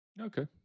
Okay